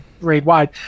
raid-wide